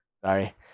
Sorry